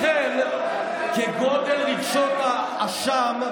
לכן, כגודל רגשות האשם,